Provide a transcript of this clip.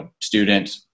student